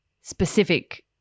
specific